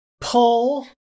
pull